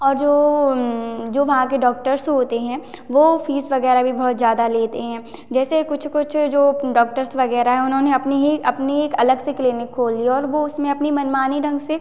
और जो जो वहाँ के डॉक्टर्स होते हैं वो फीस वगैरह भी बहुत ज़्यादा लेते हैं जैसे कुछ कुछ जो डॉक्टर्स वगैरह हैं उन्होंने अपनी ही अपनी ही एक अलग से क्लीनिक खोल ली है और वो उसमें अपनी मनमानी ढंग से